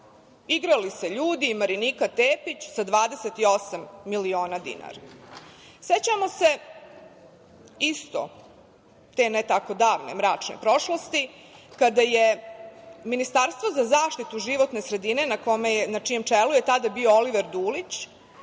Igrali se ljudi, Marinika Tepić, sa 28 miliona dinara.Sećamo se isto te ne tako davne, mračne prošlosti, kada je Ministarstvo za zaštitu životne sredine, na čijem čelu je tada bio Oliver Dulić,